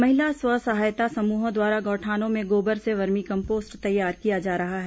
महिला स्व सहायता समूहों द्वारा गौठानों में गोबर से वर्मी कम्पोस्ट तैयार किया जा रहा है